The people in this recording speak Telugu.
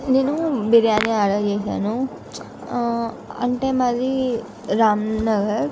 నేను బిర్యానీ ఆర్డర్ చేసాను అంటే మాది రామ్ నగర్